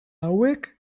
hauek